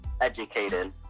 educated